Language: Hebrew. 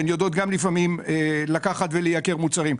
הן יודעות גם לפעמים לקחת ולייקר מוצרים.